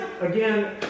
Again